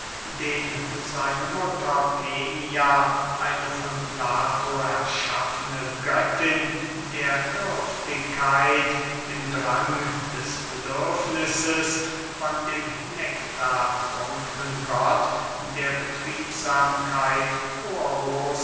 den seine mutter penia eine von plato erschaffene göttin der dürftigkeit im drang des bedürfnisses von dem nektartrunknen gott der betriebsamkeit